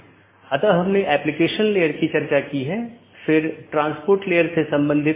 यह एक बड़े आईपी नेटवर्क या पूरे इंटरनेट का छोटा हिस्सा है